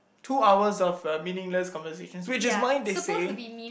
two hours of uh meaningless conversations which is why they say